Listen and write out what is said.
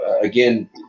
again